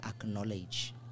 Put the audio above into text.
acknowledge